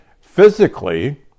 Physically